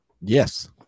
Yes